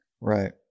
Right